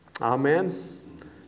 amen